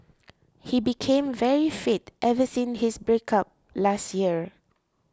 he became very fit ever since his breakup last year